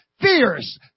fierce